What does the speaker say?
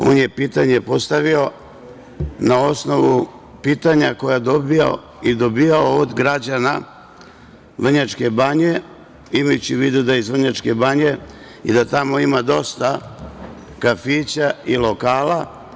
On je pitanje postavio na osnovu pitanja koja je dobijao od građana Vrnjačke Banje, imajući u vidu da je iz Vrnjačke Banje i da tamo ima dosta kafića i lokala.